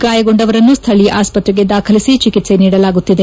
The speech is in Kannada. ಗಾಯಗೊಂಡವರನ್ನು ಸ್ಥಳೀಯ ಆಸ್ಪತ್ರೆಗೆ ದಾಖಲಿಸಿ ಚಿಕಿತ್ಸೆ ನೀಡಲಾಗುತ್ತಿದೆ